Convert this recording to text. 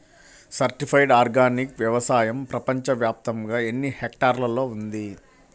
Certified organic వ్యవసాయం ప్రపంచ వ్యాప్తముగా ఎన్నిహెక్టర్లలో ఉంది?